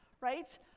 right